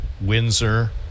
Windsor